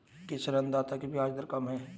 किस ऋणदाता की ब्याज दर कम है?